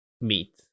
Meat